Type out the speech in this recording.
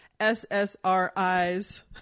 SSRIs